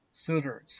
suitors